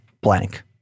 blank